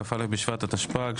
כ"א בשבט התשפ"ג,